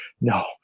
no